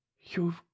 You've